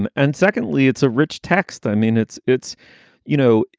and and secondly, it's a rich text. i mean, it's it's you know,